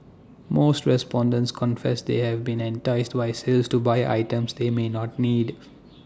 most respondents confess they have been enticed by sales to buy items they may not need